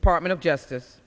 department of justice